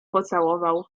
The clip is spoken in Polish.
pocałował